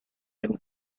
him